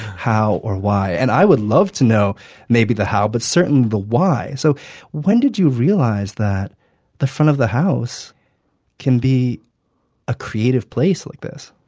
how or why and i would love to know maybe the how, but certainly the why. so when did you realize that the front of the house can be a creative place like this?